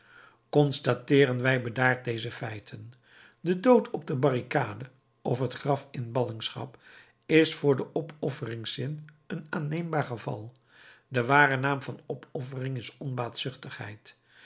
constateeren wij bedaard deze feiten de dood op de barricade of het graf in ballingschap is voor den opofferingszin een aanneembaar geval de ware naam van opoffering is